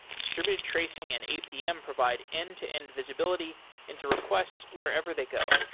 distributed tracing and apm provide end-to-end visibility into requests wherever they go,